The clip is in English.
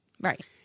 Right